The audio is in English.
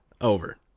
over